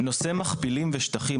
נושא מכפילים ושטחים,